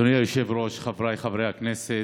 אדוני היושב-ראש, חבריי חברי הכנסת,